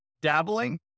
dabbling